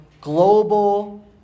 global